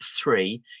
three